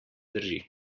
drži